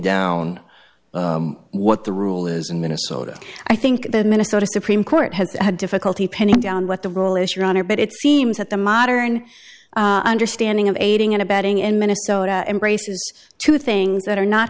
down what the rule is in minnesota i think the minnesota supreme court has had difficulty pinning down what the role is your honor but it seems that the modern understanding of aiding and abetting in minnesota embraces two things that are not